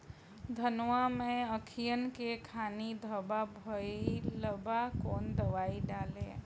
धनवा मै अखियन के खानि धबा भयीलबा कौन दवाई डाले?